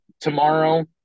tomorrow